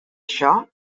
això